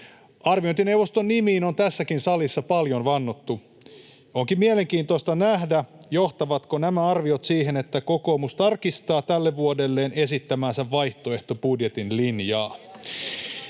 Arviointineuvoston nimiin on tässäkin salissa paljon vannottu. Onkin mielenkiintoista nähdä, johtavatko nämä arviot siihen, että kokoomus tarkistaa tälle vuodelle esittämänsä vaihtoehtobudjetin linjaa.